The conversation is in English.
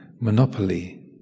monopoly